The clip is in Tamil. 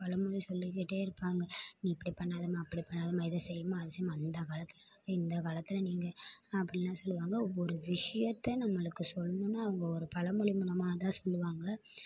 பழமொழி சொல்லிகிட்டே இருப்பாங்க நீ இப்படி பண்ணாதமா அப்படி பண்ணாதமா இதை செய்மா அதை செய்மா அந்த காலத்தில் நாங்கள் இந்த காலத்தில் நீங்கள் அப்படினுலாம் சொல்லுவாங்க ஒவ்வொரு விஷயத்தை நம்மளுக்கு சொல்லணுன்னா அவங்க ஒரு பழமொழி மூலமாகதான் சொல்லுவாங்க